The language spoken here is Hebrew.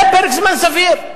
זה פרק זמן סביר.